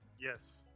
Yes